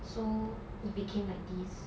so it became like this